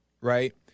right